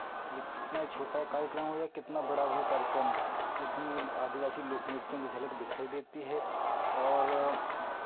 जे कितना छोटा कार्यक्रम हो या कितना बड़ा भी कार्यक्रम हो इसमें आदिवासी लोक नृत्यों की झलक दिखाई देती है और